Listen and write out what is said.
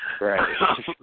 Right